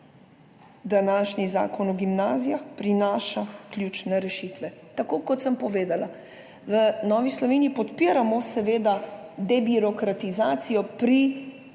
današnji Zakon o gimnazijah prinaša ključne rešitve. Tako kot sem povedala, v Novi Sloveniji seveda podpiramo debirokratizacijo pri